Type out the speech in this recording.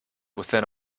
within